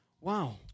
Wow